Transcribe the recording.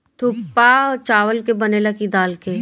थुक्पा चावल के बनेला की दाल के?